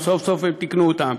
סוף-סוף הם תיקנו אותן,